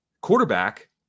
Quarterback